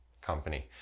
company